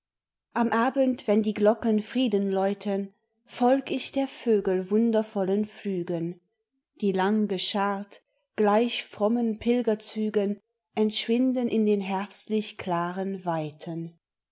am abend wenn die glocken frieden läuten folg ich der vögel wundervollen flügen die lang geschart gleich frommen pilgerzügen entschwinden in den herbstlich klaren weiten